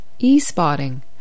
eSpotting